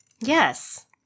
Yes